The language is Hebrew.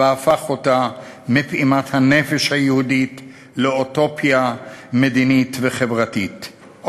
והפך אותה מפעימת הנפש היהודית לאוטופיה מדינית וחברתית,